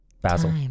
Basil